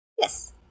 Yes